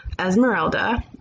Esmeralda